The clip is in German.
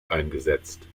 eingesetzt